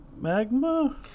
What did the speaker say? magma